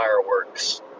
fireworks